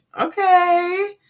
Okay